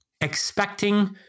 expecting